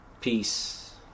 peace